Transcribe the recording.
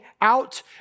out